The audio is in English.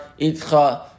itcha